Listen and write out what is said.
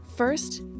First